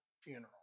funeral